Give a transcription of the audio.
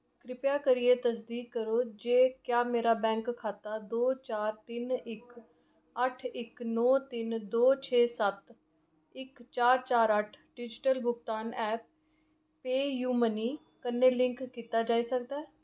किरपा करियै तसदीक करो जे क्या मेरा बैंक खाता दो चार तिन्न इक अट्ठ इक नौ तिन्न दो छे सत्त इक चार चार अट्ठ डिजिटल भुगतान ऐप्प पेऽयू मनी कन्नै लिंक कीता जाई सकदा ऐ